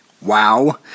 Wow